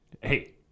hey